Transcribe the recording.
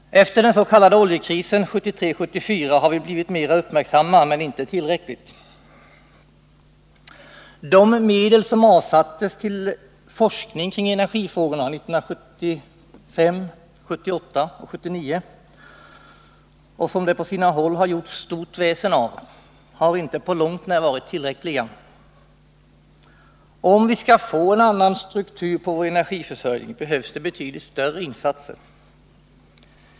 Efter den s.k. oljekrisen 1973-1974 har vi blivit mera uppmärksamma men inte tillräckligt. De medel som avsattes till forskning kring energifrågorna 1975, 1978 och 1979 och som det på sina håll har gjorts stort väsen av har inte på långt när varit tillräckliga. Om vi skall få en annan struktur på vår energiförsörjning, behövs det betydligt större insatser.